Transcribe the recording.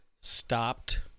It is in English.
stopped